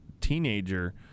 teenager